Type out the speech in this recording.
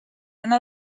una